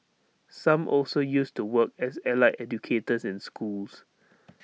some also used to work as allied educators in schools